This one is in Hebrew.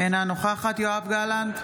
אינה נוכחת יואב גלנט,